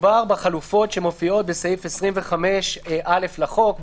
מדובר בחלופות שמופיעות בסעיף 25(א) לחוק,